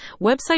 website